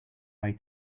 way